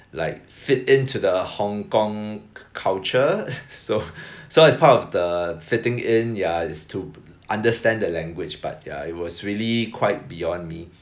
like fit into the Hong-Kong cu~ culture so so it's part of the fitting in ya is to understand the language but ya it was really quite beyond me